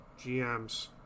GMs